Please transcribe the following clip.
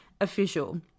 official